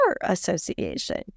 association